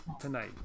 tonight